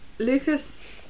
Lucas